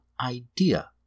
idea